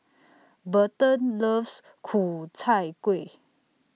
Berton loves Ku Chai Kuih